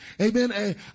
amen